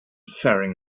faring